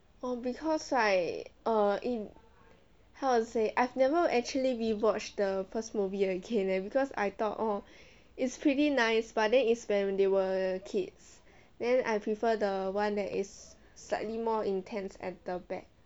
oh because like err in how to say I've never actually rewatched the first movie again leh because I thought oh it's pretty nice but then is when they were kids then I prefer the one that is slightly more intense at the back